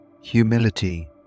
humility